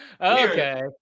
Okay